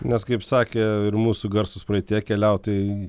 nes kaip sakė ir mūsų garsūs praeityje keliautojai